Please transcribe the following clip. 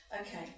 Okay